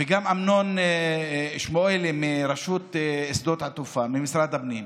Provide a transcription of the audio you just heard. וגם אמנון שמואלי ממשרד הפנים,